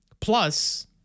plus